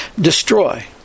destroy